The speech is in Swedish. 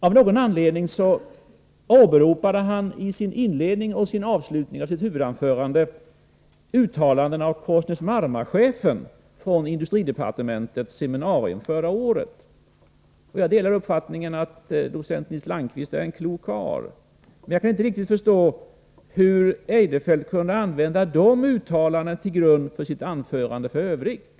Av någon anledning åberopade Eirefelt i inledningen och avslutningen av sitt huvudanförande uttalanden av Korsnäs-Marma-chefen på industride partementets seminarium förra året. Jag delar uppfattningen att docent Nils Landqvist är en klok karl, men jag kan inte riktigt förstå hur Christer Eirefelt kunde lägga de uttalanden av denne som han anförde till grund för sitt anförande i övrigt.